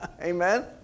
Amen